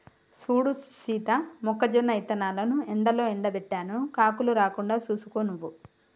సూడు సీత మొక్కజొన్న ఇత్తనాలను ఎండలో ఎండబెట్టాను కాకులు రాకుండా సూసుకో నువ్వు